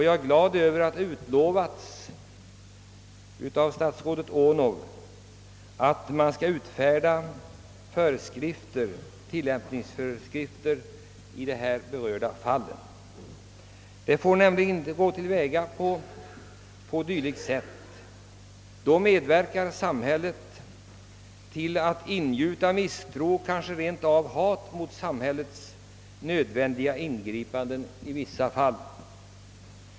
Jag är glad över att statsrådet Odhnoff utlovat att tillämpningsföreskrifter skall komma för barnavårdsnämnderna beträffande dylika fall. Det får nämligen inte gå till på sådant sätt, ty då medverkar samhället till att ingjuta misstro och rent av hat mot dess i vissa fall nödvändiga ingripanden.